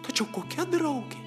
tačiau kokia draugė